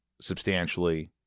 substantially